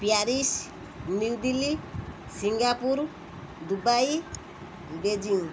Paris New Delhi Singapore Dubai Beijing